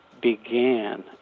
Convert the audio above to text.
began